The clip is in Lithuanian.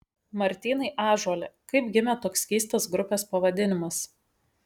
martynai ąžuole kaip gimė toks keistas grupės pavadinimas